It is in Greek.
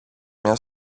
μια